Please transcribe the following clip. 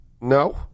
No